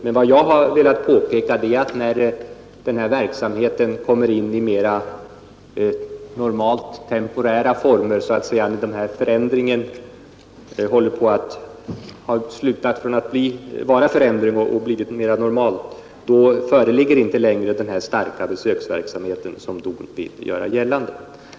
Men vad jag har velat påpeka är, att när förändringarna har slutat att vara förändringar och verksamheten har kommit in i mera normala former, så har också den starka besöksverksamheten som DON nu talar om något minskat.